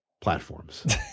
platforms